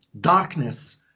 darkness